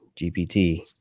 GPT